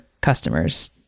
customers